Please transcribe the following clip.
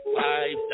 five